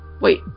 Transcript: Wait